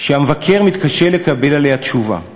שהמבקר מתקשה לקבל עליה תשובה.